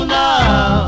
now